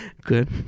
good